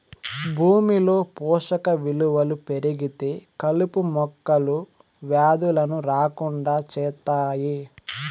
భూమిలో పోషక విలువలు పెరిగితే కలుపు మొక్కలు, వ్యాధులను రాకుండా చేత్తాయి